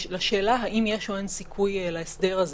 לשאלה האם יש או אין סיכוי להסדר הזה,